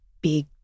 big